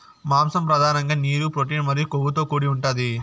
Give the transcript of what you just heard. మాంసం పధానంగా నీరు, ప్రోటీన్ మరియు కొవ్వుతో కూడి ఉంటాది